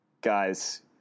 Guys